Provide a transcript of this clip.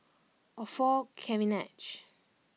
Orfeur Cavenagh